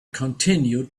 continued